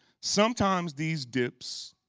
sometimes these dips